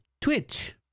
Twitch